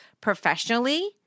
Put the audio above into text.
professionally